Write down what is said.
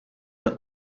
the